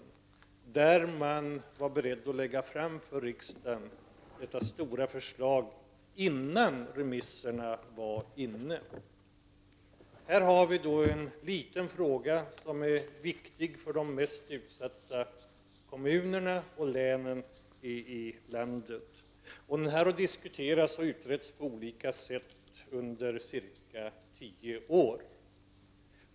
När det gällde skattereformen var man beredd att lägga fram det stora förslaget för riksdagen innan remissvaren hade kommit in. Här talar vi nu om en liten fråga, som är viktig för de mest utsatta kommunerna och länen i landet. Den har diskuterats och utretts på olika sätt under ca tio år.